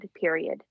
period